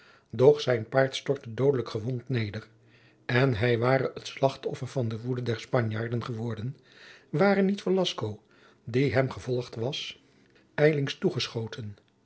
doch zijn paard stortte doodelijk gewond neder en hij ware het slachtoffer van de woede der spanjaarden geworden ware niet velasco die hem gevolgd was ijlings toegeschoten